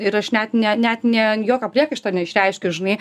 ir aš net ne net ne jokio priekaišto neišreiškiu žinai